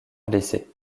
blessé